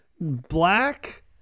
Black